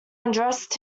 undressed